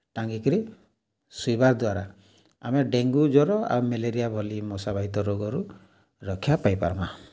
ଟାଙ୍ଗିକିରି ଶୁଇବାର୍ ଦ୍ୱାରା ଆମେ ଡେଙ୍ଗୁ ଜ୍ୱର ଆଉ ମେଲେରିଆ ଭଲି ମଶାବାହିତ ରୋଗରୁ ରକ୍ଷା ପାଇପାର୍ମା